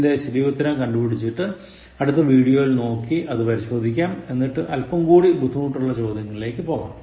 ഇതിൻറെ ശരിയുത്തരം കണ്ടുപിടിച്ചിട്ട് അടുത്ത വീഡിയോയിൽ നോക്കി അത് പരിശോധിക്കാം എന്നിട്ട് അല്പം കൂടി ബുദ്ധിമുട്ടുള്ള ചോദ്യങ്ങളിലേക്ക് പോകാം